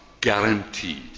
guaranteed